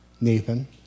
Nathan